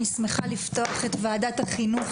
אני שמחה לפתוח את ועדת החינוך,